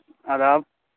آداب